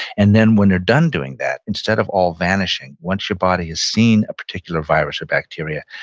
and then when they're done doing that, instead of all vanishing, once your body has seen a particular virus or bacteria,